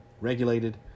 regulated